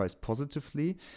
positively